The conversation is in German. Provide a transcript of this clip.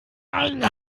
einen